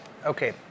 Okay